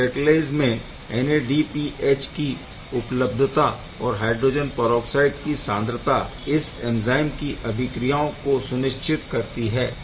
इस कैटालेस में NADPH की उपलब्धता और हायड्रोजन परऑक्साइड की सान्द्रता इस एंज़ाइम की अभिक्रियाओं को सुनिश्चित करती है